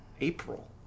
April